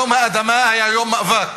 יום האדמה היה יום מאבק.